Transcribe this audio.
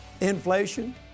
inflation